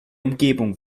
umgebung